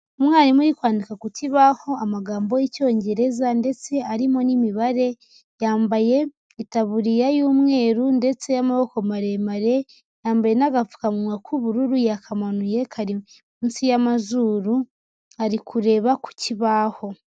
Umwarimu uri kwandika ku kibaho amagambo y'icyongereza, ndetse arimo n'imibare, yambaye itaburiya y'umweru, ndetse y'amaboko maremare, yambaye n'agapfukamunwa k'ubururu, yakamanuye kari munsi y'amazuru, ari kureba ku kibaho.